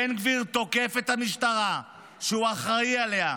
בן גביר תוקף את המשטרה שהוא אחראי לה,